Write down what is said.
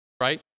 right